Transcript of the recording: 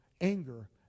anger